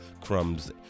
crumbs